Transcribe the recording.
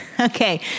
Okay